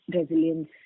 resilience